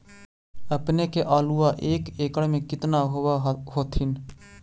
अपने के आलुआ एक एकड़ मे कितना होब होत्थिन?